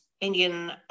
Indian